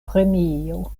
premio